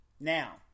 now